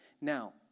Now